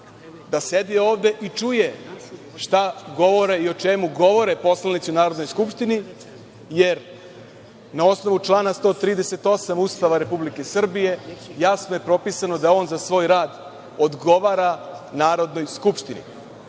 sedi ovde i čuje šta govore i o čemu govore poslanici u Narodnoj skupštini, jer na osnovu člana 138. Ustava Republike Srbije jasno je propisano da on za svoj rad odgovara Narodnoj skupštini.